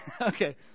Okay